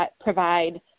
provide